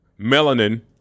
Melanin